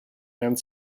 and